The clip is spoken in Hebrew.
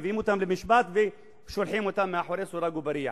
מביאים אותם למשפט ושולחים אותם אל מאחורי סורג ובריח.